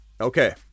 Okay